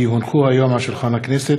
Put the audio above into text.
כי הונחו היום על שולחן הכנסת,